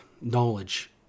knowledge